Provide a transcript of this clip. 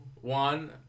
one